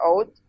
out